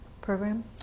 program